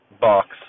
box